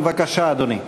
בבקשה, אדוני.